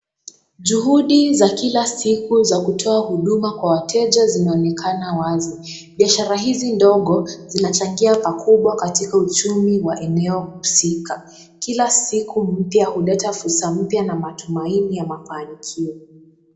Juhudi za kila siku za kutoa huduma kwa wateja zinaonekana wazi, biashara hizi ndogo zinachangia pakubwa katika uchumi wa eneo husika, kila siku mpya huleta fursa mpya na matumaini ya mafanikio.